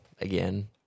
again